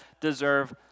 deserve